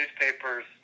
newspapers